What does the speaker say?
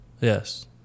Yes